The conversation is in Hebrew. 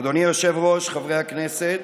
אדוני היושב-ראש, חברי הכנסת,